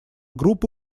группа